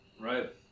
Right